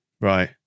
Right